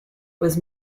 was